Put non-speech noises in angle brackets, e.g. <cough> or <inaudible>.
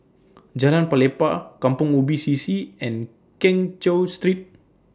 <noise> Jalan Pelepah Kampong Ubi C C and Keng Cheow Street